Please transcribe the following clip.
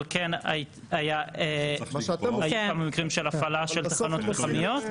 אבל כן היו כמה מקרים של הפעלה של תחנות פחמיות.